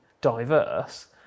diverse